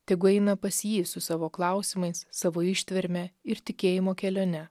tegu eina pas jį su savo klausimais savo ištverme ir tikėjimo kelione